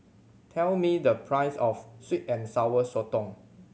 tell me the price of sweet and Sour Sotong